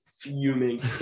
fuming